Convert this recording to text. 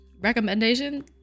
recommendation